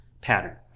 pattern